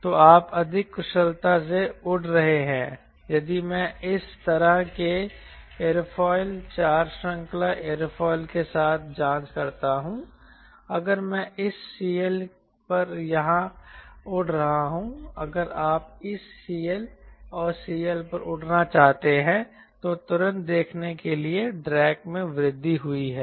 तो आप अधिक कुशलता से उड़ रहे हैं यदि मैं इस तरह के एरोफिल 4 श्रृंखला एयरोफिल के साथ जांच करता हूं अगर मैं इस CL पर यहां उड़ रहा हूं अगर आप इस CL और CL पर उड़ना चाहते हैं तो तुरंत देखने के लिए ड्रैग में वृद्धि हुई है